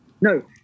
No